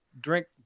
drink